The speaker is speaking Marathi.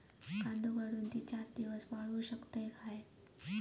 कांदो काढुन ती चार दिवस वाळऊ शकतव काय?